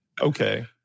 Okay